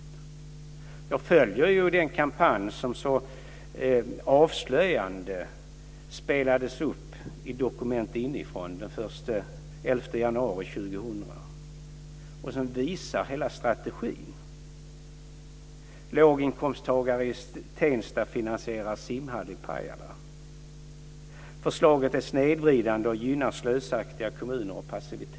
Jag följer den kampanj som så avslöjande spelades upp i Dokument inifrån den 11 januari 2000, där hela strategin visades: Låginkomsttagare i Tensta finansierar simhall i Pajala. Förslaget är snedvridande och gynnar slösaktiga kommuner och passivitet.